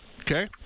Okay